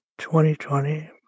2020